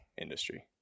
industry